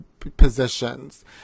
positions